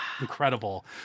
incredible